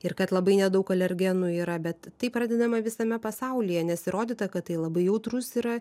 ir kad labai nedaug alergenų yra bet taip pradedama visame pasaulyje nes įrodyta kad tai labai jautrus yra